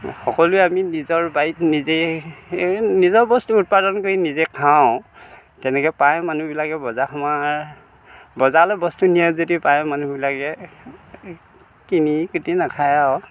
সকলোৱে আমি নিজৰ বাৰীত নিজে নিজৰ বস্তু উৎপাদন কৰি নিজে খাওঁ যেনেকৈ পায় মানুহবিলাকে বজাৰ সমাৰ বজাৰলৈ বস্তু নিয়াত যদি পায় মানুহবিলাকে কিনি কিনি নাখায় আৰু